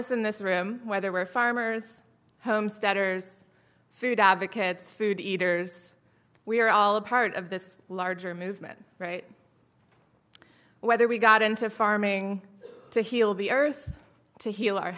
us in this room whether we're farmers homesteaders food advocates food eaters we are all a part of this larger movement right whether we got into farming to heal the earth to heal our